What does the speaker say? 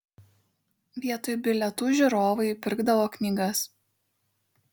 vietoj bilietų žiūrovai pirkdavo knygas